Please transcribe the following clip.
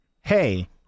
Hey